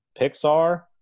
Pixar